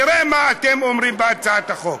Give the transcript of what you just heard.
תראה מה אתם אומרים בהצעת החוק: